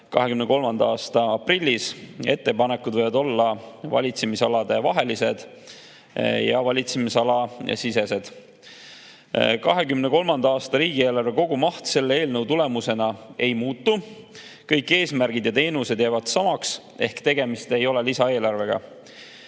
2023. aasta aprillis. Ettepanekud võivad olla valitsemisaladevahelised ja valitsemisalasisesed.2023. aasta riigieelarve kogumaht selle eelnõu kohaselt ei muutu, kõik eesmärgid ja teenused jäävad samaks ehk tegemist ei ole lisaeelarvega.